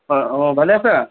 অঁ ভালে আছা